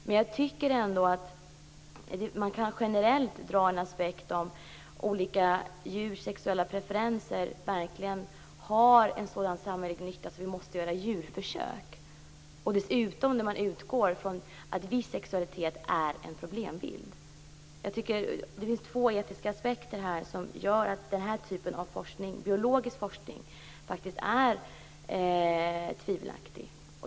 Men jag tycker ändå att man generellt kan ifrågasätta om olika djurs sexuella preferenser har en sådan samhällelig nytta att vi måste göra djurförsök, när man dessutom utgår från att bisexualitet är en problembild. Det finns två etiska aspekter som gör att den här typen av biologisk forskning är tvivelaktig.